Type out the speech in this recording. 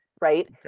right